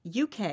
UK